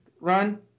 run